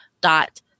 dot